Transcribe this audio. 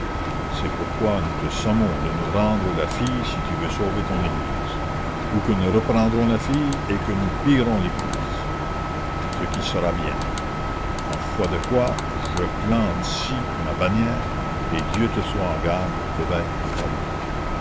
c'est pourquoi nous te sommons de nous rendre la fille si tu veux sauver ton église ou que nous reprendrons la fille et que nous pillerons l'église ce qui sera bien en foi de quoi je plante cy ma bannière et dieu te soit en garde évêque de paris